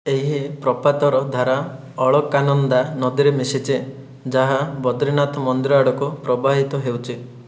ଏହି ପ୍ରପାତର ଧାରା ଅଳକାନନ୍ଦା ନଦୀରେ ମିଶିଛି ଯାହା ବଦ୍ରିନାଥ ମନ୍ଦିର ଆଡ଼କୁ ପ୍ରବାହିତ ହେଉଛି